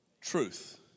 truth